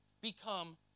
become